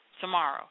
Tomorrow